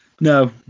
No